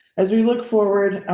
as we look forward.